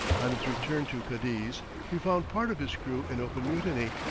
on his return to cadiz he found part of his crew in open mutiny,